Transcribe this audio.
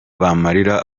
bamarira